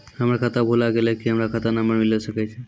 हमर खाता भुला गेलै, की हमर खाता नंबर मिले सकय छै?